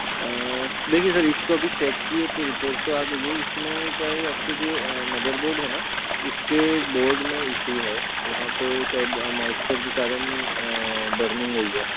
देखिए सर इसको अभी चेक किए तो रिपोर्ट तो आ गई है इसमें क्या है ये आपके जो मदर बोर्ड है ना उसके बोर्ड में इशू है वहाँ पे शायद मॉइस्चर के कारण बर्निंग हुई है